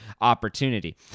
opportunity